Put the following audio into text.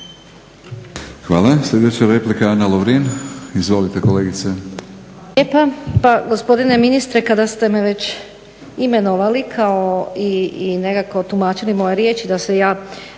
Hvala. Sljedeća replika Ana Lovrin. Izvolite kolegice.